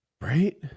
Right